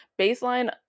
baseline